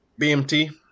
BMT